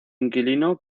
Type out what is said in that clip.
inquilino